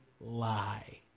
lie